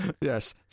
Yes